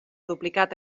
duplicat